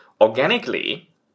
Organically